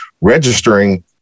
registering